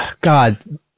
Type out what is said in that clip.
God